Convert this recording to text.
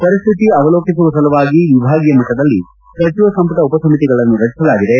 ಪರಿಸ್ಥಿತಿ ಅವಲೋಕಿಸುವ ಸಲುವಾಗಿ ವಿಭಾಗೀಯ ಮಟ್ಟದಲ್ಲಿ ಸಚಿವ ಸಂಪುಟ ಉಪಸಮಿತಿಗಳನ್ನು ರಚಿಸಲಾಗಿದೆ